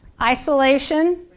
isolation